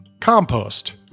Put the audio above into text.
compost